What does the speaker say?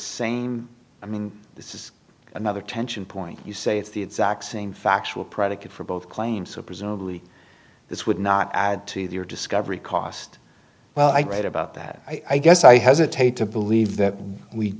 same i mean this is another tension point you say it's the exact same factual predicate for both claims so presumably this would not add to their discovery cost well i'm right about that i guess i hesitate to believe that we